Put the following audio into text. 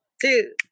two